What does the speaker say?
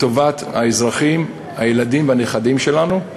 טובת האזרחים, הילדים והנכדים שלנו,